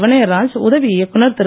வினயராஜ் உதவி இயக்குநர் திரு